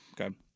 Okay